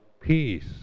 peace